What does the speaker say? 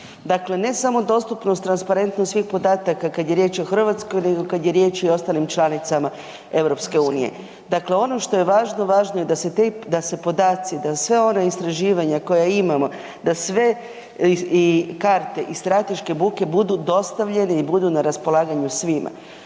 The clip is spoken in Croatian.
Dakle, ne samo dostupnost, transparentnost svih podataka kada je riječ o Hrvatskoj nego kada je riječ i o ostalim članicama EU. Dakle, ono što je važno, važno je da se podaci, da sva ona istraživanja koja imamo da sve karte i strateške buke budu dostavljeni i budu na raspolaganju svima